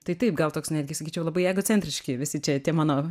tai taip gal toks netgi sakyčiau labai egocentriški visi čia tie mano